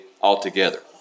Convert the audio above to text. altogether